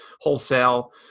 wholesale